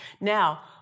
Now